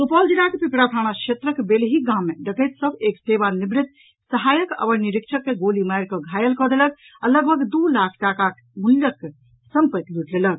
सुपौल जिलाक पिपरा थाना क्षेत्रक बेलही गाम मे डकैत सभ एक सेवा निवृत सहायक अवर निरीक्षक के गोली मारि कऽ घायल कऽ देलक आ लगभग दू लाख टाका मूल्यक सम्पत्ति लूटि लेलक